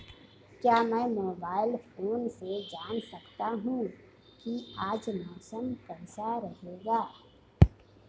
क्या मैं mobile phone से जान सकता हूँ कि आज मौसम कैसा रहेगा?